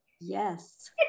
yes